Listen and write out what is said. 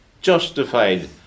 justified